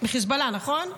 מחיזבאללה, נכון?